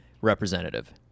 representative